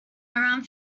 around